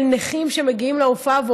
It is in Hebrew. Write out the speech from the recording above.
של נכים שמגיעים להופעה,